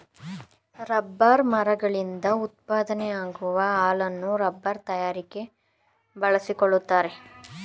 rubber ಮರಗಳಿಂದ ಉತ್ಪಾದನೆಯಾಗುವ ಹಾಲನ್ನು ರಬ್ಬರ್ ತಯಾರಿಕೆ ಬಳಸಿಕೊಳ್ಳುತ್ತಾರೆ